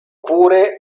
pure